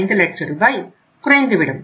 5 லட்ச ரூபாய் குறைந்துவிடும்